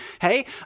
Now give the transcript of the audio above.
Hey